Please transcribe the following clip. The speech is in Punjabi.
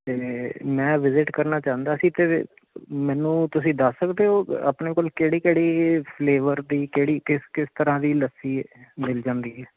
ਅਤੇ ਮੈਂ ਵਿਜਿਟ ਕਰਨਾ ਚਾਹੁੰਦਾ ਸੀ ਅਤੇ ਮੈਨੂੰ ਤੁਸੀਂ ਦੱਸ ਸਕਦੇ ਹੋ ਆਪਣੇ ਕੋਲ ਕਿਹੜੀ ਕਿਹੜੀ ਫਲੇਵਰ ਦੀ ਕਿਹੜੀ ਕਿਸ ਕਿਸ ਤਰ੍ਹਾਂ ਦੀ ਲੱਸੀ ਮਿਲ ਜਾਂਦੀ ਹੈ